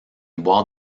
boite